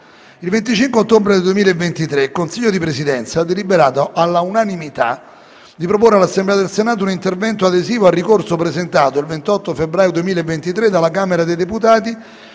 Il 25 ottobre 2023 il Consiglio di Presidenza ha deliberato, all'unanimità, di proporre all'Assemblea del Senato un intervento adesivo al ricorso presentato il 28 febbraio 2023 dalla Camera dei deputati